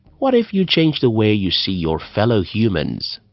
what if you change the way you see your fellow humans?